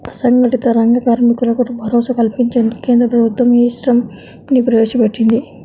అసంఘటిత రంగ కార్మికులకు భరోసా కల్పించేందుకు కేంద్ర ప్రభుత్వం ఈ శ్రమ్ ని ప్రవేశపెట్టింది